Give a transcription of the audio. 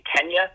Kenya